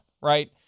right